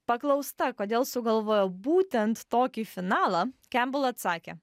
paklausta kodėl sugalvojo būtent tokį finalą kembel atsakė